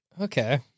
Okay